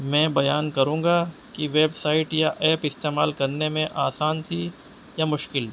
میں بیان کروں گا کہ ویب سائٹ یا ایپ استعمال کرنے میں آسان تھی یا مشکل